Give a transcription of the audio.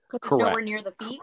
correct